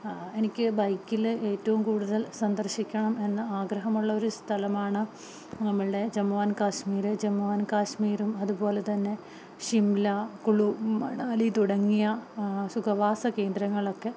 എനിക്ക് ബൈക്കില് ഏറ്റവും കൂടുതൽ സന്ദർശിക്കണമെന്ന ആഗ്രഹമുള്ള ഒരു സ്ഥലമാണ് നമ്മുടെ ജമ്മു ആൻഡ് കാശ്മീര് ജമ്മു ആൻഡ് കാശ്മീരും അതുപോലെ തന്നെ ഷിംല കുളു മണാലി തുടങ്ങിയ സുഖവാസകേന്ദ്രങ്ങളൊക്കെ